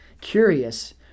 curious